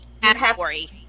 category